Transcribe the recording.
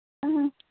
ம்